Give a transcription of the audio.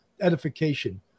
edification